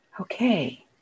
Okay